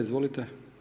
Izvolite.